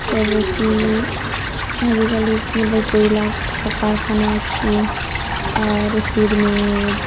ସବୁକି ଆଜିକାଲି ଯେନ୍ତା କୋଇଲା କାରଖାନା ଅଛି ଆରୁ ସିର୍ମେଟ୍